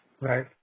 Right